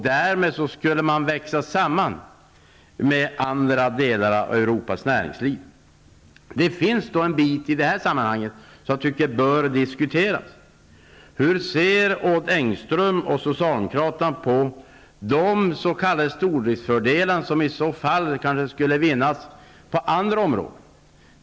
Därmed skulle man växa samman med andra delar av Europas näringsliv. Det finns en sak i det här sammanhanget som jag tycker bör diskuteras. Hur ser Odd Engström och socialdemokraterna på de s.k. stordriftsfördelar som i så fall kanske skulle vinnas på andra områden?